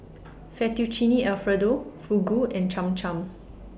Fettuccine Alfredo Fugu and Cham Cham